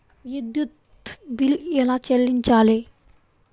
విద్యుత్ బిల్ ఎలా చెల్లించాలి?